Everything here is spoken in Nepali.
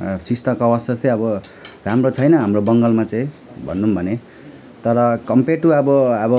शिक्षाको अवस्था चाहिँ अब राम्रो छैन हाम्रो बङ्गालमा चाहिँ भनौँ भने तर कम्पेयर टु अब अब